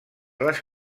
les